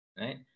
right